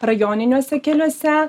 rajoniniuose keliuose